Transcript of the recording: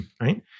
Right